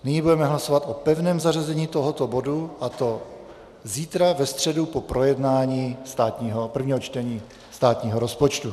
Nyní budeme hlasovat o pevném zařazení tohoto bodu, a to zítra, ve středu, po projednání prvního čtení státního rozpočtu.